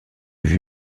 vue